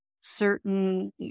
certain